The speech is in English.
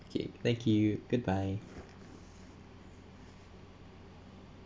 K thank you goodbye